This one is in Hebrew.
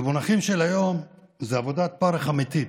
במונחים של היום זאת עבודת פרך אמיתית,